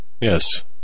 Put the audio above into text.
Yes